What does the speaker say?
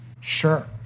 Sure